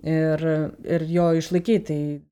ir ir jo išlaikyt tai